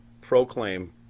proclaim